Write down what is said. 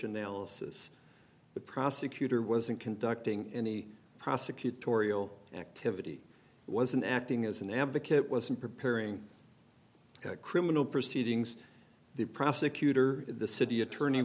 says the prosecutor wasn't conducting any prosecutorial activity wasn't acting as an advocate wasn't preparing criminal proceedings the prosecutor the city attorney